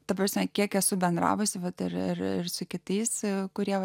ta prasme kiek esu bendravusi bet ir su kitais kurie